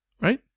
right